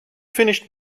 finished